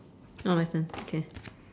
oh my turn okay